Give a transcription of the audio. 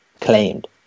Claimed